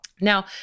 Now